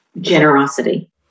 Generosity